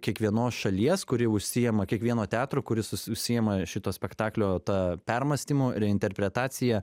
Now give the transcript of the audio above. kiekvienos šalies kuri užsiėma kiekvieno teatro kuris užsiėma šito spektaklio ta permąstymo reinterpretacija